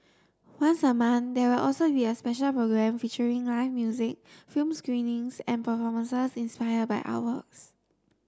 once a month there will also be a special programme featuring live music film screenings and performances inspired by artworks